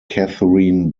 catherine